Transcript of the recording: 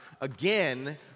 again